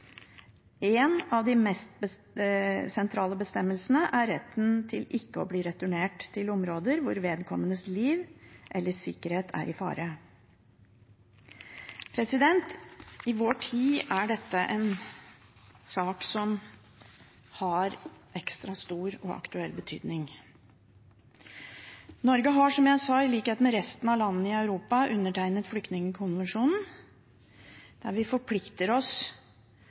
En av de mest sentrale bestemmelsene er retten til ikke å bli returnert til områder hvor vedkommendes liv eller sikkerhet er i fare. I vår tid er dette en sak som har ekstra stor og aktuell betydning. Norge har, som jeg sa, i likhet med resten av landene i Europa undertegnet flyktningkonvensjonen, der vi forplikter oss